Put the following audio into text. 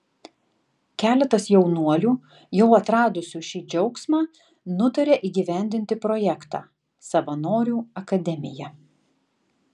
keletas jaunuolių jau atradusių šį džiaugsmą nutarė įgyvendinti projektą savanorių akademija